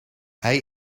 hij